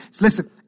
Listen